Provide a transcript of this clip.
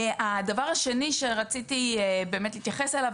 הדבר השני שרציתי באמת להתייחס אליו,